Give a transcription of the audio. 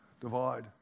divide